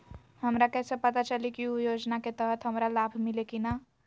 हमरा कैसे पता चली की उ योजना के तहत हमरा लाभ मिल्ले की न?